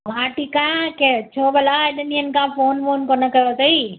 मां ठीकु आहियां केरु छो भला हेॾनि ॾींहंनि खां फोन वोन कोन कयो अथईं